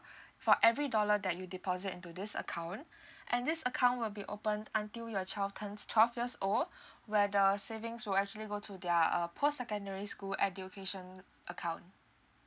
for every dollar that you deposit into this account and this account will be open until your child turns twelve years old where the savings will actually go to their uh post secondary school education account